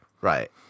Right